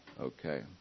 okay